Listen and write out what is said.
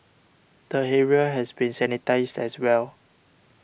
the area has been sanitised as well